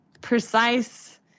precise